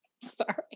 sorry